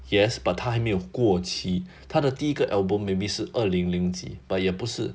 yes but 他还没有过期他的第一个 album maybe 是二零零几 but 也不是